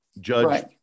judge